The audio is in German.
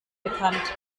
bekannt